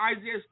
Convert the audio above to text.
Isaiah